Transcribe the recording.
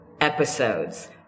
episodes